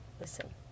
listen